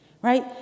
right